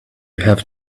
have